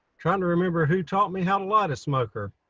trying to remember who taught me how a light a smoker.